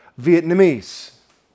Vietnamese